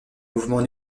mouvements